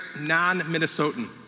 non-Minnesotan